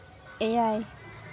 ᱮᱭᱟᱭ